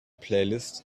playlist